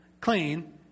clean